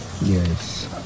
Yes